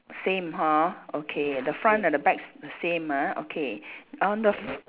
same hor okay the front and the back s~ the same ah okay on the f~